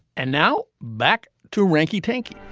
and now back to rinky dink.